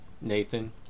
Nathan